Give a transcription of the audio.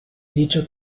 dicho